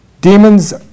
Demons